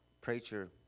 preacher